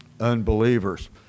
unbelievers